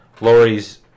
Lori's